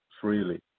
freely